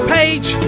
Page